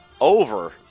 Over